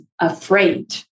afraid